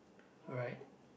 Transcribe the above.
all right